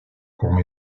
courts